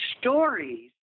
stories